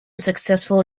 successful